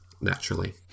naturally